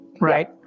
Right